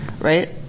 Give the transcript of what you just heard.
Right